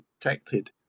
protected